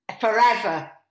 forever